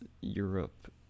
Europe